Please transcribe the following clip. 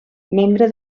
membre